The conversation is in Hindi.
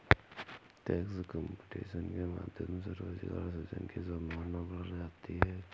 टैक्स कंपटीशन के माध्यम से रोजगार सृजन की संभावना बढ़ जाती है